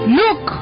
look